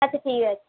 আচ্ছা ঠিক আছে